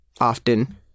Often